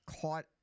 caught